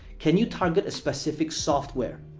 can you target a specific software?